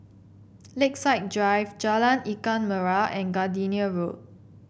Lakeside Drive Jalan Ikan Merah and Gardenia Road